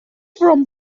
from